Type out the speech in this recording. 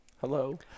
hello